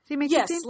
yes